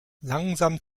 langsam